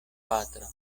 patro